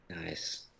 Nice